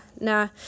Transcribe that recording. nah